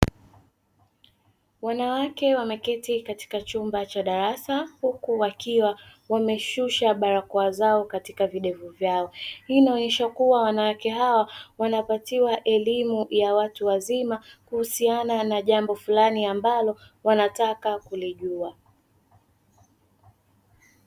Wanawake wameketi ndani ya chumba cha darasa huku wakiwa wameshusha barakoa zao katika videvu vyao, hii inaonyesha kuwa wanawake hawa wanapatiwa elimu ya watu wazima kuhusiana na jambo fulani ambalo wanataka kulijua.